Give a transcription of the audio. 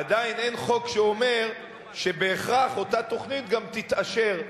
עדיין אין חוק שאומר שבהכרח אותה תוכנית גם תתאשר.